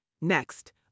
Next